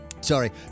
sorry